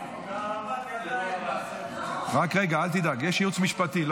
אל דאגה, יש ייעוץ משפטי.